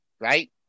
right